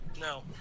No